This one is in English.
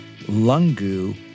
Lungu